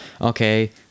Okay